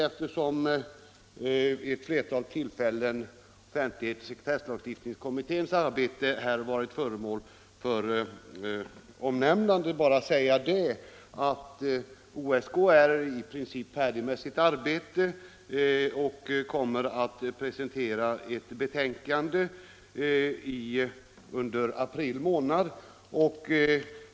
Eftersom offentlighetsoch sekretesslagstiftningskommitténs arbete omnämnts vid flera tillfällen vill jag bara nämna att OSK i princip är färdig med sitt arbete och kommer att presentera ett betänkande under april månad.